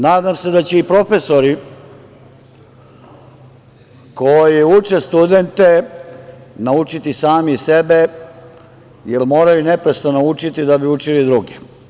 Nadam se da će i profesori koji uče studente, naučiti sami sebe, jer moraju neprestano učiti da bi učili druge.